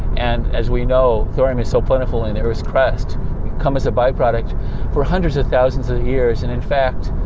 and as we know, thorium is so plentiful in the earth's crust. it'll come as a byproduct for hundreds of thousands of years. and, in fact,